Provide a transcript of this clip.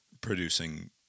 producing